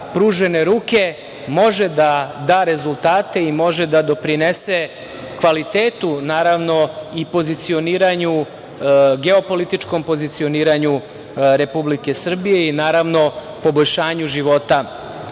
pružene ruke može da da rezultate i može da doprinese kvalitetu naravno i pozicioniranju geopolitičkom Republike Srbije i naravno poboljšanju života